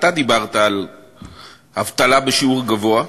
אתה דיברת על אבטלה בשיעור גבוה,